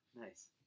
Nice